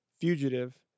Fugitive